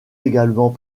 également